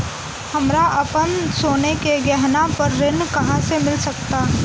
हमरा अपन सोने के गहना पर ऋण कहां मिल सकता?